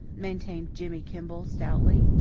maintained jimmy kimball stoutly.